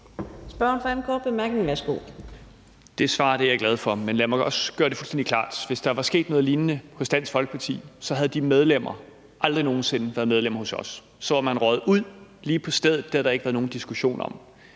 Værsgo. Kl. 12:36 Peter Kofod (DF): Det svar er jeg glad for, men lad mig også gøre det fuldstændig klart: Hvis der var sket noget lignende hos Dansk Folkeparti, havde de medlemmer aldrig nogen sinde været medlemmer hos os. Så var man røget ud lige på stedet. Det havde der ikke været nogen diskussion om.